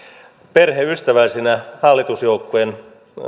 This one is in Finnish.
perheystävällisenä hallitusjoukkueen